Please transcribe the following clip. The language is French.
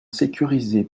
sécurisés